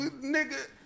Nigga